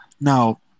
Now